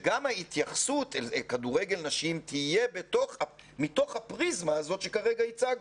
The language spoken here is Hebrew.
ההתייחסות לכדורגל נשים תהיה מתוך הפריזמה שכרגע הצגנו,